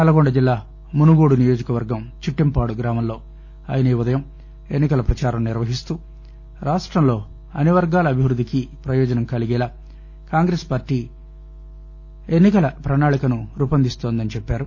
నల్గొండ జిల్లా మునుగోడు నియోజక వర్గం చిట్టెంపాడు గ్రామంలో ఆయన ఈ ఉదయం ఎన్నికల ప్రచారం నిర్వహిస్తూ రాష్ట్రంలో అన్ని వర్గాల అభివృద్దికి ప్రయోజనం కలిగేలా కాంగ్రెస్ పార్టీ ఎన్నికల ప్రణాళికను రూపొందిస్తోందని చెప్పారు